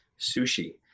sushi